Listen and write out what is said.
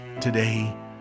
today